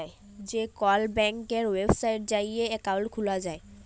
যে কল ব্যাংকের ওয়েবসাইটে যাঁয়ে একাউল্ট খুলা যায়